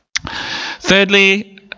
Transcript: thirdly